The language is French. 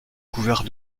couvert